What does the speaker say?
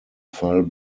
fall